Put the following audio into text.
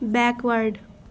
backward